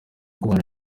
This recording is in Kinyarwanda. kubana